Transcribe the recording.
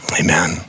amen